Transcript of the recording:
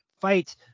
fight